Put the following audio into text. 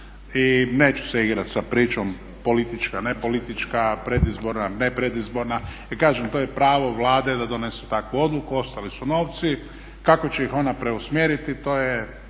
I neću se igrat sa pričom politička-nepolitička, predizborna-ne predizborna jer kažem to je pravo Vlade da donese takvu odluku. Ostali su novci, kako će ih ona preusmjeriti to je